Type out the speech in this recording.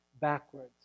backwards